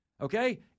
Okay